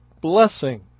blessing